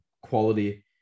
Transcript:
quality